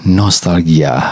nostalgia